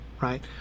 right